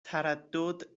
تردد